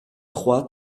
trois